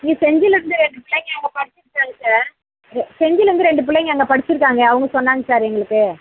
இங்கே செஞ்சிலருந்து ரெண்டு பிள்ளைங்க அங்கே படிச்சிட்டுருக்காங்க சார் செஞ்சிலருந்து ரெண்டு பிள்ளைங்க அங்கே படிச்சிருக்காங்க அவங்க சொன்னாங்க சார் எங்களுக்கு